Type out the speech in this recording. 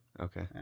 Okay